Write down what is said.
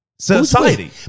Society